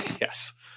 Yes